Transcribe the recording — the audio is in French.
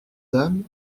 dames